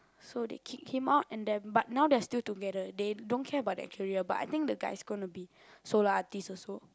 so they kick him out and then but now they're still together they don't care about their career but I think the guy's gonna be solo artiste also